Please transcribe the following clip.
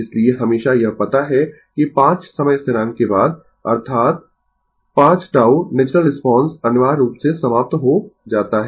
इसलिए हमेशा यह पता है कि 5 समय स्थिरांक के बाद अर्थात 5 τ नेचुरल रिस्पांस अनिवार्य रूप से समाप्त हो जाता है